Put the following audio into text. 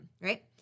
right